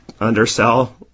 undersell